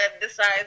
decides